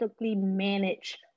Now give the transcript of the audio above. manage